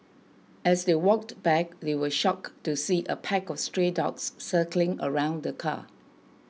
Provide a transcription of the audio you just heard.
as they walked back they were shocked to see a pack of stray dogs circling around the car